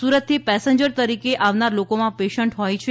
સુરતથી પેસેન્જર તરીકે આવનાર લોકોમાં પેશન્ટ હોય છે